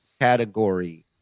category